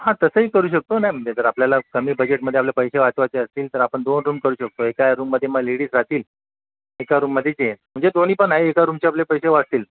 हां तसंही करू शकतो नाही म्हणजे जर आपल्याला कमी बजेटमध्ये आपले पैसे वाचवायचे असतील तर आपण दोन रूम करू शकतो एका रूममध्ये मग लेडीज राहतील एका रूममध्ये जेन्टस म्हणजे दोन्ही पण आहे एका रूमचे आपले पैसे वाचतील